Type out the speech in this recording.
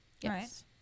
Yes